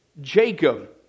Jacob